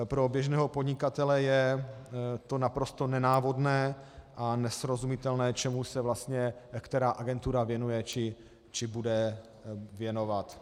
Pro běžného podnikatele je to naprosto nenávodné a nesrozumitelné, čemu se vlastně která agentura věnuje či bude věnovat.